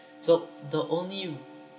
so the only